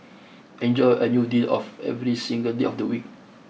enjoy a new deal of every single day of the week